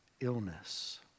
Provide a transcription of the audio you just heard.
illness